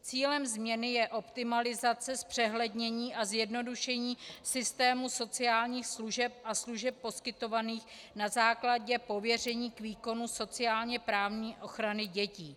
Cílem změny je optimalizace, zpřehlednění a zjednodušení systému sociálních služeb a služeb poskytovaných na základě pověření k výkonu sociálněprávní ochrany dětí.